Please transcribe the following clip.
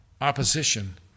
opposition